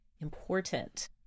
Important